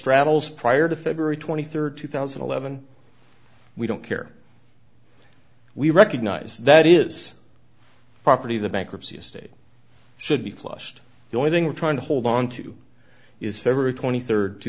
straddles prior to february twenty third two thousand and eleven we don't care we recognize that is property the bankruptcy estate should be flushed the only thing we're trying to hold on to is february twenty third two